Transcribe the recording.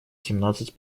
семнадцать